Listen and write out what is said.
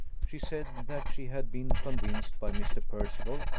she said, that she had been convinced by mr. percival,